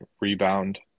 rebound